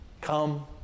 Come